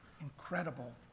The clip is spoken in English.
incredible